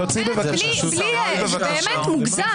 אני אמרתי --- למה אי-אפשר להשלים פה משפט?